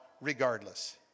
regardless